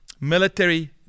Military